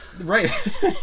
Right